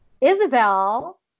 Isabel